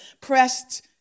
pressed